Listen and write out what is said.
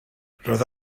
roedd